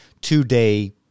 two-day